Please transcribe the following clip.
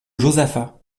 josaphat